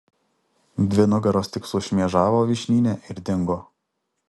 dvi nugaros tik sušmėžavo vyšnyne ir dingo